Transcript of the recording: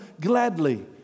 gladly